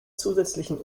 zusätzlichen